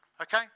Okay